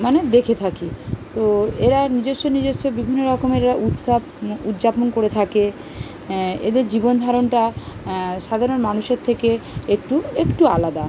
মানে দেখে থাকি তো এরা নিজস্ব নিজস্ব বিভিন্ন রকমেরও উৎসব মো উদযাপন করে থাকে এদের জীবন ধারণটা সাধারণ মানুষের থেকে একটু একটু আলাদা